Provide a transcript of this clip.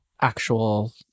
actual